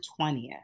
20th